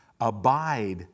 Abide